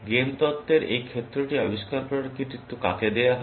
game তত্ত্বের এই ক্ষেত্রটি আবিষ্কার করার কৃতিত্ব কাকে দেওয়া হয়